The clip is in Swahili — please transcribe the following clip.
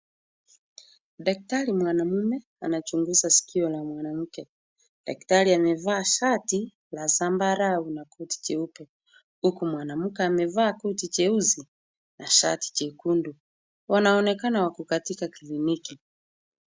Daktari mwanaume anachunguza sikio la mwanamke. Daktari amevaa shati la zambarau na koti jeupe huku mwanamke amevaa koti jeusi na shati jekundu. Wanaonekana wako katika kliniki.